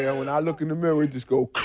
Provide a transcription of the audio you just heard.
yeah when i look in the mirror just goes